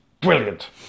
Brilliant